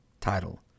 title